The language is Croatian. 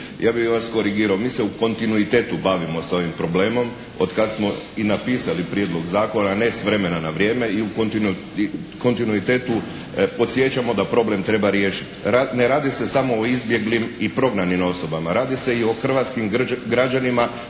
ja bih vas korigirao. Mi se u kontinuitetu bavimo sa ovim problemom otkad smo i napisali Prijedlog zakona. Ne s vremena na vrijeme. I u kontinuitetu podsjećamo da problem treba riješiti. Ne radi se samo o izbjeglim i prognanim osobama. Radi se i o hrvatskim građanima